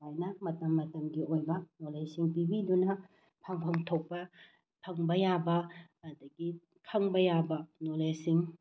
ꯁꯨꯃꯥꯏꯅ ꯃꯇꯝ ꯃꯇꯝꯒꯤ ꯑꯣꯏꯕ ꯅꯣꯂꯦꯖꯁꯤꯡ ꯄꯤꯕꯤꯗꯨꯅ ꯐꯪꯐꯝ ꯊꯣꯛꯄ ꯐꯪꯕ ꯌꯥꯕ ꯑꯗꯒꯤ ꯈꯪꯕ ꯌꯥꯕ ꯅꯣꯂꯦꯖꯁꯤꯡ